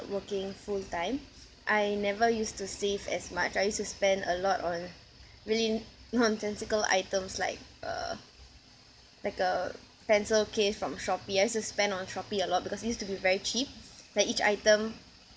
working full-time I never used to save as much I used to spend a lot on really nonsensical items like uh like a pencil case from Shopee I used to spend on Shopee a lot because it used to be very cheap like each item